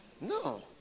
no